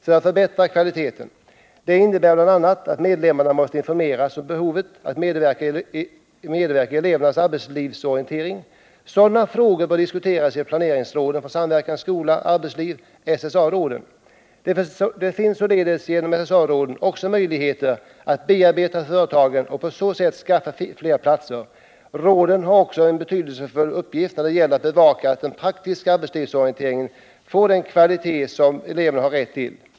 Detta innebär bl.a. att medlemmarna i fackliga organisationer måste informeras om behovet av att medverka i elevernas arbetslivsorientering. Sådana frågor bör diskuteras i planeringsråden för samverkan skola-arbetsliv, de s.k. SSA-råden. Det finns således genom SSA-råden möjligheter att bearbeta företagen och på så sätt skaffa fler platser för den praktiska arbetslivsorienteringen. Råden har också en betydelsefull uppgift när det gäller att bevaka att den praktiska arbetslivsorienteringen får den kvalitet som eleverna har rätt till.